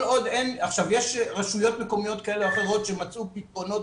יש רשויות מקומיות כאלה ואחרות שמצאו פתרונות